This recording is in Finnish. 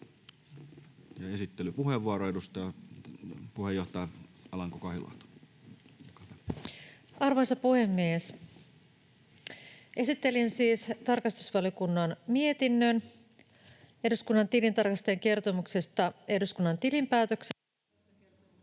hallinnosta vuodelta 2021 Time: 16:46 Content: Arvoisa puhemies! Esittelen siis tarkastusvaliokunnan mietinnön eduskunnan tilintarkastajien kertomuksesta eduskunnan tilinpäätöksestä,